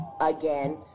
again